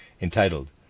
Entitled